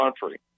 country